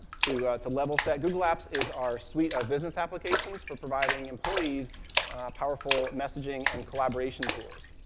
to to level set, google apps is our suite of business applications for providing employees powerful messaging and collaboration tools.